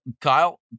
Kyle